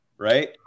right